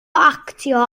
actio